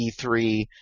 E3